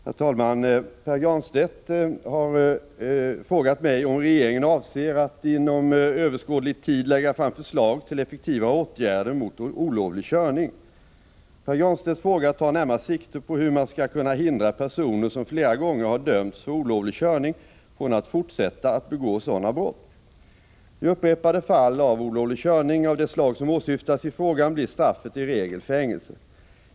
Herr talman! Pär Granstedt har frågat mig om regeringen avser att inom överskådlig tid lägga fram förslag till effektivare åtgärder mot olovlig körning. Pär Granstedts fråga tar närmast sikte på hur man skall kunna hindra personer som flera gånger har dömts för olovlig körning från att fortsätta att begå sådana brott. Vid upprepade fall av olovlig körning av det slag som åsyftas i frågan blir straffet i regel fängelse.